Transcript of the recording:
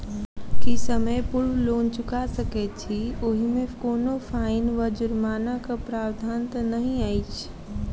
की समय पूर्व लोन चुका सकैत छी ओहिमे कोनो फाईन वा जुर्मानाक प्रावधान तऽ नहि अछि?